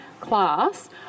class